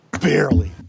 Barely